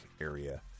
area